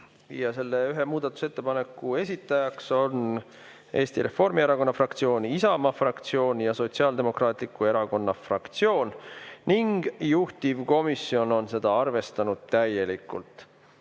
Selle ühe ettepaneku esitajad on Eesti Reformierakonna fraktsioon, Isamaa fraktsioon ja Sotsiaaldemokraatliku Erakonna fraktsioon ning juhtivkomisjon on seda arvestanud täielikult.